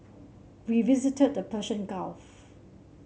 we visited the Persian Gulf